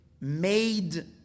made